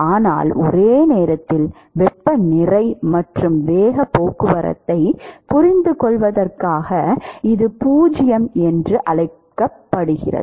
ஆனால் ஒரே நேரத்தில் வெப்ப நிறை மற்றும் வேகப் போக்குவரத்தைப் புரிந்துகொள்வதற்காக இது பூஜ்ஜியம் என்று வைத்துக்கொள்வோம்